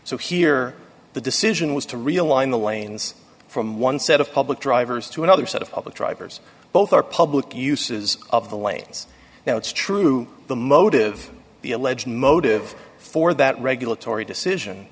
so here the decision was to realign the lanes from one set of public drivers to another set of public drivers both our public uses of the lanes now it's true the motive the alleged motive for that regulatory decision